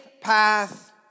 path